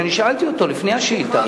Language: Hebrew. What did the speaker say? ושאלתי אותו לפני השאילתא,